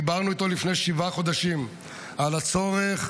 דיברנו איתו לפני שבעה חודשים על הצורך